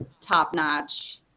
top-notch